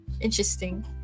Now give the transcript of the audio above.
interesting